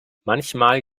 manchmal